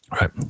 right